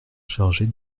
chargée